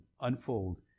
unfold